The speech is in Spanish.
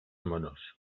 monos